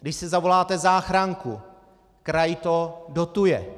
Když si zavoláte záchranku, kraj to dotuje.